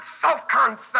self-concept